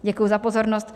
Děkuji za pozornost.